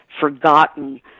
forgotten